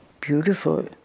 Beautiful